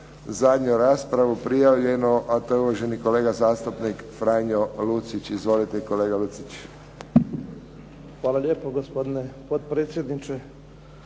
zadnju raspravu prijavljenu, a to je uvaženi kolega zastupnik Franjo Lucić. Izvolite kolega Lucić. **Lucić, Franjo (HDZ)** Hvala lijepo gospodine potpredsjedniče,